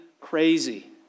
crazy